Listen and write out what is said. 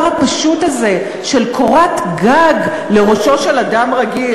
הפשוט הזה של קורת גג לראשו של אדם רגיל.